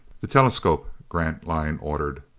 the telescope, grantline ordered.